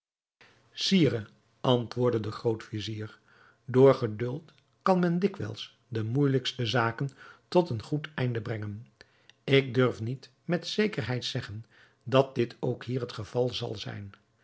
sire antwoordde de groot-vizier door geduld kan men dikwijls de moeijelijkste zaken tot een goed einde brengen ik durf niet met zekerheid zeggen dat dit ook hier het geval zal zijn